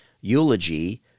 eulogy